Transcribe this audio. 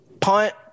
punt